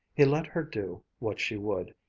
he let her do what she would,